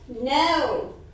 No